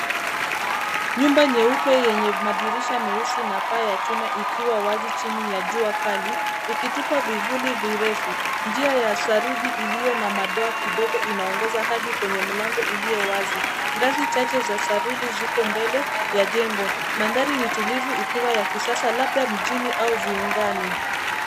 Nyumba nyeupe yenye madirisha nyeusi na paa ya chuma ikiwa wazi chini ya jua kali, ikitupa vivuli virefu. Njia ya saruji iliyo na madoa kidogo inaongoza hadi kwenye mlango ulio wazi. Ngazi chache za saruji ziko mbele ya jengo. Mandhari ni tulivu ikiwa ya kisasa labda mjini au viungani.